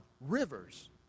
rivers